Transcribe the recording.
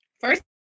first